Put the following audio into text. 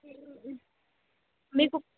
మీకు